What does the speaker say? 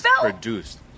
produced